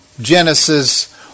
Genesis